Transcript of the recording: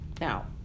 now